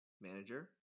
manager